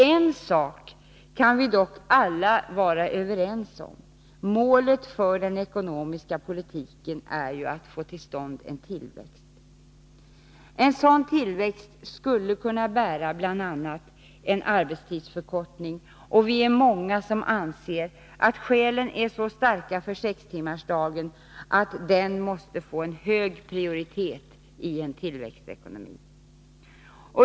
En sak kan vi dock alla vara överens om — målet för den ekonomiska politiken är ju att få till stånd en tillväxt. En sådan tillväxt skulle kunna bära bl.a. en arbetstidsförkortning, och vi är många som anser att skälen för sextimmarsdagen är så starka att den måste få hög prioritet i en tillväxtekonomi.